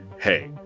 hey